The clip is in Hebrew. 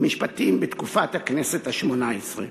בתקופת הכנסת השמונה-עשרה